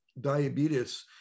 diabetes